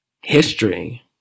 history